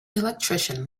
electrician